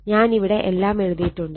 ഞാനിവിടെ എല്ലാം എഴുതിയിട്ടുണ്ട്